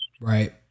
Right